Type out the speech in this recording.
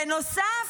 בנוסף,